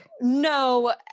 No